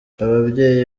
ababyeyi